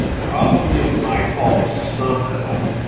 probably my fault somehow.